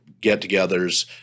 get-togethers